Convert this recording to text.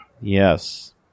Yes